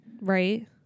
Right